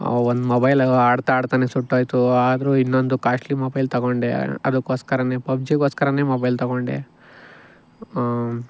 ಒಂದು ಮೊಬೈಲ್ ಆಡ್ತಾ ಆಡ್ತಾನೇ ಸುಟ್ಟೋಯಿತು ಆದರು ಇನ್ನೊಂದು ಕಾಸ್ಟ್ಲಿ ಮೊಬೈಲ್ ತಗೊಂಡೆ ಅದಕ್ಕೋಸ್ಕರ ಪಬ್ಜಿಗೋಸ್ಕರ ಮೊಬೈಲ್ ತಗೊಂಡೆ